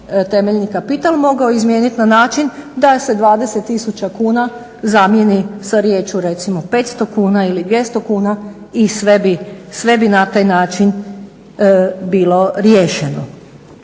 temeljni kapital mogao izmijeniti na način da se 20000 kuna zamijeni sa riječju recimo 500 kuna ili 200 kuna i sve bi na taj način bilo riješeno.